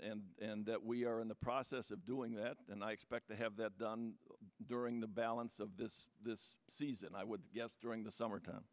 and that we are in the process of doing that and i expect to have that done during the balance of this season i would guess during the summer time